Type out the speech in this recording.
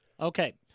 Okay